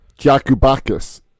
Jakubakis